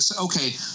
okay